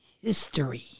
history